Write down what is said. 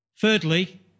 Thirdly